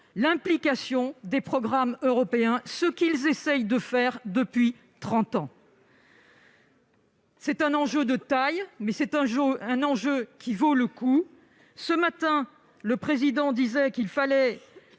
l'implication dans les programmes européens, ce qu'ils essayent de faire depuis trente ans. C'est un enjeu de taille, mais c'est un enjeu qui vaut le coup. Ce matin, le Président disait qu'il fallait